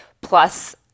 plus